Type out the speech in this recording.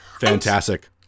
fantastic